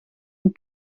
een